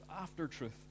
after-truth